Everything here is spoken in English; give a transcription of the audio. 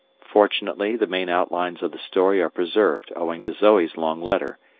fortunately the main outlines of the story are preserved owing to zoe's long letter,